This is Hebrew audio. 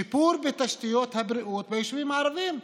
ושיפור בתשתיות הבריאות ביישובים הערביים.